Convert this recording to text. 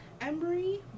Emery